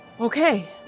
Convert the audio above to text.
okay